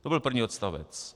To byl první odstavec.